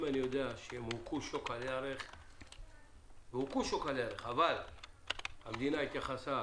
אם אני יודע שהם הוכו שוק על ירך אבל המדינה התייחסה